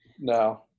No